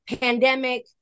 pandemic